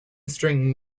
string